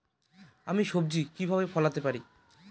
আমি সবজি কিভাবে ফলাতে পারি?